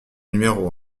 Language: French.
numéro